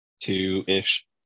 two-ish